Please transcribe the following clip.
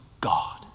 God